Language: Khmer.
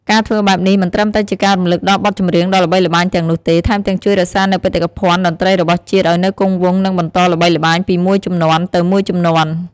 ការធ្វើបែបនេះមិនត្រឹមតែជាការរំលឹកដល់បទចម្រៀងដ៏ល្បីល្បាញទាំងនោះទេ ថែមទាំងជួយរក្សានូវបេតិកភណ្ឌតន្ត្រីរបស់ជាតិឱ្យនៅគង់វង្ស និងបន្តល្បីល្បាញពីមួយជំនាន់ទៅមួយជំនាន់ ។